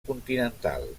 continental